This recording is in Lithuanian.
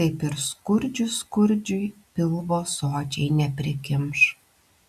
taip ir skurdžius skurdžiui pilvo sočiai neprikimš